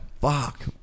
Fuck